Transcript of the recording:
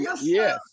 Yes